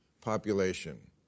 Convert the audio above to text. population